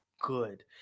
good